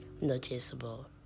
noticeable